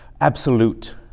absolute